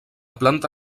planta